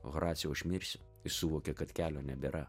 horacijau aš mirsiu suvokė kad kelio nebėra